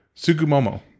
Sugumomo